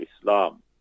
Islam